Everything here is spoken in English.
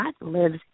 lives